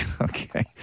Okay